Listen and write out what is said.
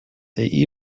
they